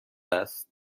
است